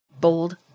bold